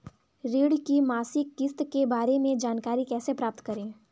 ऋण की मासिक किस्त के बारे में जानकारी कैसे प्राप्त करें?